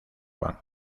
juan